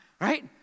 right